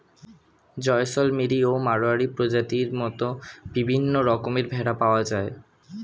জয়সলমেরি ও মাড়োয়ারি প্রজাতির মত বিভিন্ন রকমের ভেড়া পাওয়া যায়